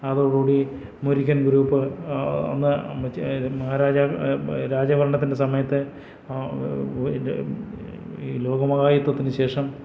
അതോടുകൂടി മുരുകൻ ഗ്രൂപ്പ് അത് മറ്റേ മഹാരാജാവ് രാജഭരണത്തിൻ്റെ സമയത്ത് ഇത് ഈ ലോകമഹായുദ്ധത്തിന് ശേഷം